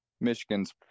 Michigan's